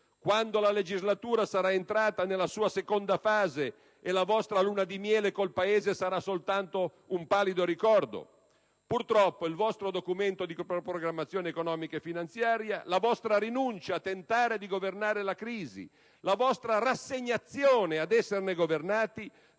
Quando la legislatura sarà entrata nella sua seconda fase e la vostra luna di miele col Paese sarà soltanto un pallido ricordo? Purtroppo, il vostro Documento di programmazione economico-finanziaria, la vostra rinuncia a tentare di governare la crisi, la vostra rassegnazione ad esserne governati